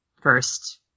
first